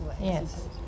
yes